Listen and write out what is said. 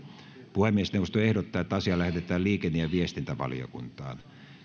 puhemiesneuvosto ehdottaa että asia lähetetään liikenne ja ja viestintävaliokuntaan